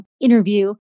interview